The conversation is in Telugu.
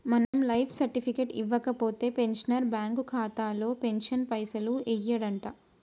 మనం లైఫ్ సర్టిఫికెట్ ఇవ్వకపోతే పెన్షనర్ బ్యాంకు ఖాతాలో పెన్షన్ పైసలు యెయ్యడంట